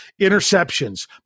Interceptions